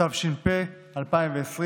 התש"ף 2020,